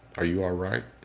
are you are alright?